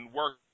work